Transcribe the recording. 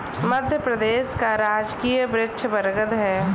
मध्य प्रदेश का राजकीय वृक्ष बरगद है